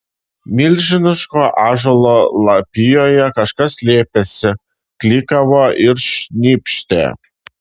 milžiniško ąžuolo lapijoje kažkas slėpėsi klykavo ir šnypštė